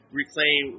reclaim